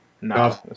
No